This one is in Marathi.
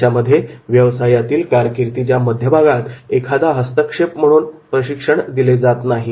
त्यांच्यामते व्यवसायातील कारकीर्दीच्या मध्यभागात एखादा हस्तक्षेप म्हणून प्रशिक्षण दिले जात नाही